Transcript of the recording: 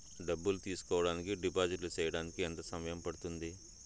డబ్బులు తీసుకోడానికి డిపాజిట్లు సేయడానికి ఎంత సమయం పడ్తుంది